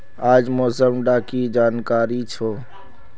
आज मौसम डा की जानकारी छै?